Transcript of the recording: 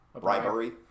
Bribery